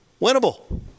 Winnable